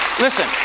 listen